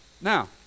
Now